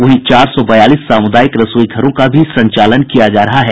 वहीं चार सौ बयालीस सामूदायिक रसोई घरों का भी संचालन किया जा रहा है